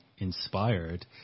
Inspired